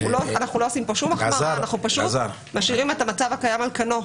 אנחנו לא עושים כאן שום החמרה אלא משאירים את המצב הקיים על כנו.